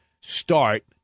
start